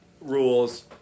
rules